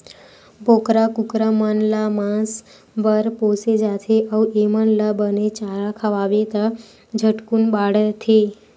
बोकरा, कुकरा मन ल मांस बर पोसे जाथे अउ एमन ल बने चारा खवाबे त झटकुन बाड़थे